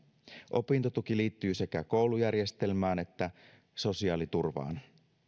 opintotuki liittyy sekä koulujärjestelmään että sosiaaliturvaan